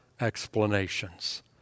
explanations